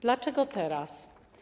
Dlaczego teraz?